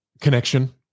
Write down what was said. Connection